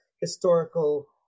historical